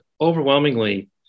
overwhelmingly